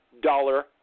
dollar